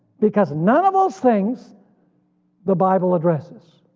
because none of those things the bible addresses.